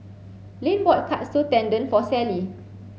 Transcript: Lynn bought Katsu Tendon for Sallie